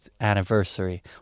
anniversary